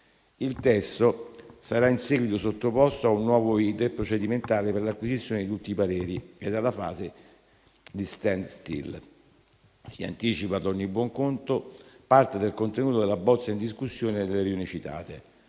Il testo sarà in seguito sottoposto a un nuovo *iter* procedimentale, per l'acquisizione di tutti i pareri e alla fase di *stand still*. Si anticipa, ad ogni buon conto, parte del contenuto della bozza in discussione nelle riunioni citate.